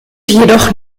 jedoch